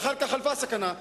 ואחר כך חלפה הסכנה,